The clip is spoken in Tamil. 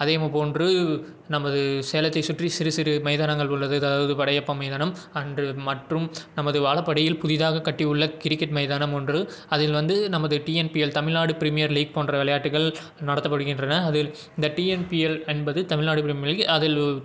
அதேமே போன்று நமது சேலத்தை சுற்றி சிறு சிறு மைதானங்கள் உள்ளது அதாவது படையப்பா மைதானம் அன்று மற்றும் நமது வாழபாடியில் புதிதாக கட்டியுள்ள கிரிக்கெட் மைதானம் ஒன்று அதில் வந்து நமது டீஎன்பீஎல் தமிழ்நாடு பிரீமியர் லீக் போன்ற விளையாட்டுகள் நடத்தப்படுகின்றன அதில் இந்த டீஎன்பீஎல் என்பது தமிழ்நாடு பிரீமியர் லீக் அதில்